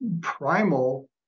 primal